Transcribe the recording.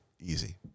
easy